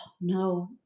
no